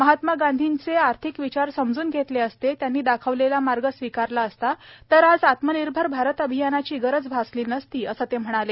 महात्मा गांधीर्जींचे आर्थिक विचार समजून घेतले असते त्यांनी दाखवलेला मार्ग स्वीकारला असता तर आज आत्मनिर्भर भारत अभियानाची गरज भासली नसती असं ते म्हणाले